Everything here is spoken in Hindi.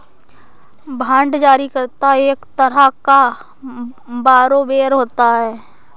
बांड जारी करता एक तरह का बारोवेर होता है